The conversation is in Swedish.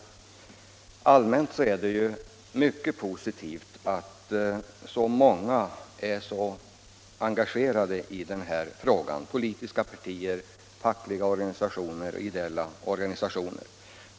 Rent allmänt är det mycket positivt att så många är så engagerade i den här frågan: politiska partier, fackliga organisationer och ideella organisationer.